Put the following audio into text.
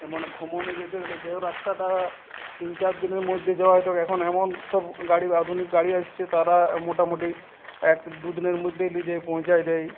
এমন ভ্রমণে যেতে হলে যে রাস্তাটা তিন চার দিনের মধ্যে যাওয়া হতো এখন এমন সব গাড়ি আধুনিক গাড়ি এসেছে তারা মোটামুটি এক দু দিনের মধ্যেই নিয়ে যেয়ে পৌঁছে দেয়